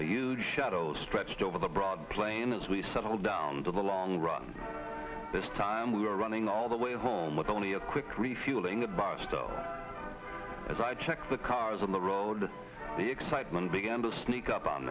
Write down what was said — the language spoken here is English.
a huge shadow stretched over the broad plain as we settled down to the long run this time we were running all the way home with only a quick refueling and barstow as i checked the cars on the road the excitement began to sneak up on